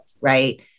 right